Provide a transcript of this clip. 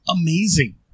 amazing